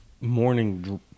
morning